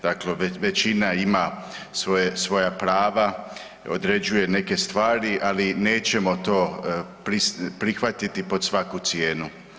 Dakle većina ima svoja prava, određuje neke stvari, ali nećemo to prihvatiti pod svaku cijenu.